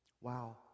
wow